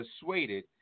persuaded